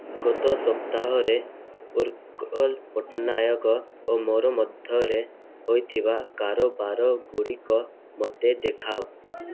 ଗତ ସପ୍ତାହରେ ଉତ୍କଳ ପଟ୍ଟନାୟକ ଓ ମୋ ମଧ୍ୟରେ ହୋଇଥିବା କାରବାରଗୁଡ଼ିକ ମୋତେ ଦେଖାଅ